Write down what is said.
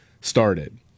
started